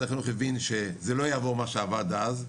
החינוך הבין שזה לא יעבוד מה שעבד אז,